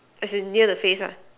as in near the face ah